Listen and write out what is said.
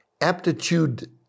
aptitude